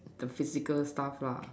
the physical stuff lah